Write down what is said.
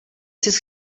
sis